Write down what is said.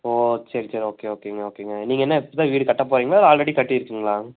ஓ சரி சரி ஓகே ஓகேங்க ஓகேங்க நீங்கள் என்ன இப்ப தான் வீடு கட்டப் போகறீங்களா இல்லை ஆல்ரெடி கட்டிற்கிங்களா